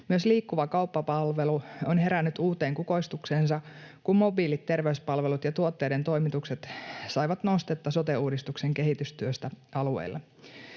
Myös liikkuva kauppapalvelu on herännyt uuteen kukoistukseensa, kun mobiilit terveyspalvelut ja tuotteiden toimitukset saivat nostetta sote-uudistuksen kehitystyöstä alueilla.